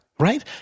right